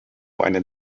einen